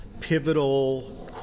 pivotal